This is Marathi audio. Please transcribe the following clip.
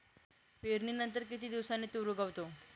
पेरणीनंतर किती दिवसांनी तूर उगवतो?